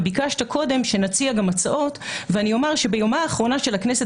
ביקשת קודם שנציע הצעות ואני אומר שביומה האחרון של הכנסת